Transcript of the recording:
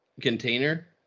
Container